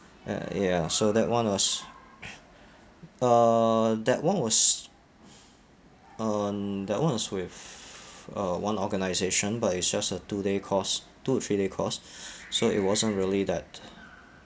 uh ya so that one was uh that one was on that one was with a one organisation but it's just a two day course two or three day course so it wasn't really that